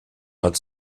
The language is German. hat